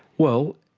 well,